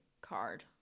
card